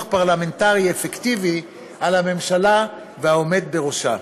פרלמנטרי אפקטיבי על עבודת הממשלה והעומד בראשה.